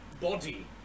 body